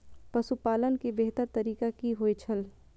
पशुपालन के बेहतर तरीका की होय छल?